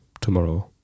tomorrow